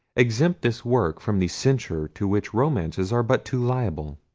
exempt this work from the censure to which romances are but too liable.